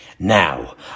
Now